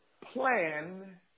plan